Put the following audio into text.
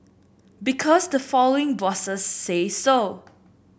because the following bosses say so